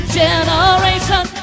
generation